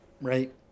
right